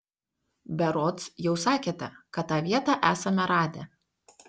berods jau sakėte kad tą vietą esame radę